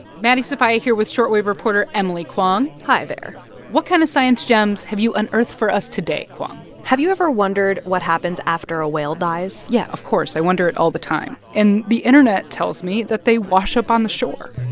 maddie sofia here with short wave reporter emily kwong hi there what kind of science gems have you unearthed for us today, kwong? have you ever wondered what happens after a whale dies? yeah, of course. i wonder it all the time. and the internet tells me that they wash up on the shore